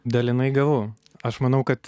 dalinai gavau aš manau kad